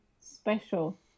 special